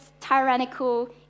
tyrannical